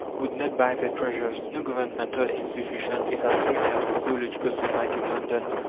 would not buy their treasures. no governmental institution is as rich as the zoological society of london,